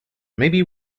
maybe